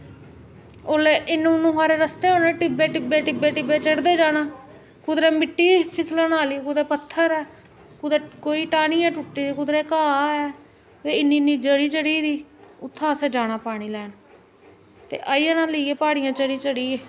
ओल्लै इनू इनू हारे रस्ते होने टि'ब्बे टि'ब्बे टि'ब्बे चढ़दे जाना कुदरै मिट्टी फिसलन आह्ली कुदै पत्थर ऐ कुदै कोई टाह्नी ऐ टुटी दी कुदरै घाह् ऐ कुदै इ'न्नी इ'न्नी जड़ी चढ़ी दी उ'त्थें असें जाना पानी लैन ते आई जाना लेइयै प्हाड़ियां चढ़ी चढ़ियै